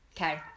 Okay